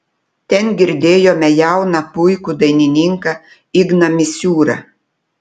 ten girdėjome jauną puikų dainininką igną misiūrą